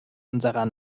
unserer